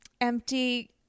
empty